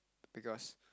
because